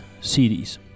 CDs